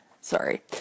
Sorry